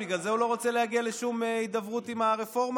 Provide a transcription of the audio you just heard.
בגלל זה הוא לא רוצה להגיע לשום הידברות עם הרפורמה?